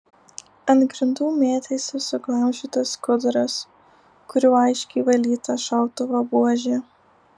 ant grindų mėtėsi suglamžytas skuduras kuriuo aiškiai valyta šautuvo buožė